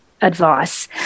advice